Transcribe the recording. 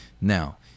now